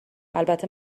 البته